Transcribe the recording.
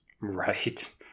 right